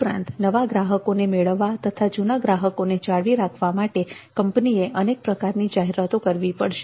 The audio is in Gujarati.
ઉપરાંત નવા ગ્રાહકોને મેળવવા તથા જૂના ગ્રાહકોને જાળવી રાખવા માટે કંપનીએ અનેક પ્રકારની જાહેરાતો કરવી પડશે